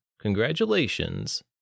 Congratulations